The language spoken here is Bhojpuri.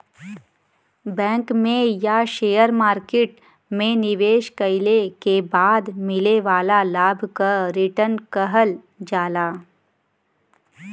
बैंक में या शेयर मार्किट में निवेश कइले के बाद मिले वाला लाभ क रीटर्न कहल जाला